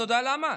אתה יודע למה?